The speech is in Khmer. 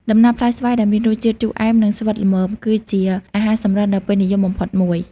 ដំណាប់ផ្លែស្វាយដែលមានរសជាតិជូរអែម និងស្វិតល្មម គឺជាអាហារសម្រន់ដ៏ពេញនិយមបំផុតមួយ។